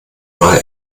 mal